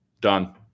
done